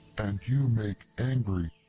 and you make angry!